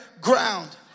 ground